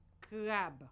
crab